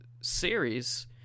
series